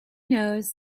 knows